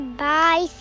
bye